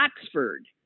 Oxford